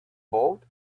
bought